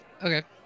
Okay